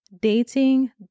dating